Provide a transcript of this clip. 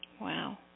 Wow